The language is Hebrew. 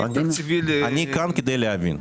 אני כאן כדי להבין.